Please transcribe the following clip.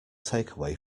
takeaway